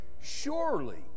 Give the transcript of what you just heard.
Surely